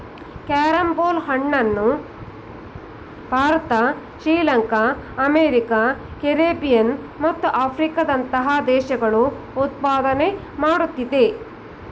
carrom ಬೋಲ್ ಹಣ್ಣನ್ನು Bharat Sri Lanka America Caribbean ಮತ್ತು ಆಫ್ರಿಕಾದಂತಹ ದೇಶಗಳು ಉತ್ಪಾದನೆ ಮಾಡುತ್ತಿದೆ